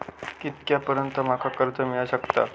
कितक्या पर्यंत माका कर्ज मिला शकता?